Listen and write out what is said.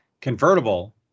convertible